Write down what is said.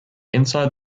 inside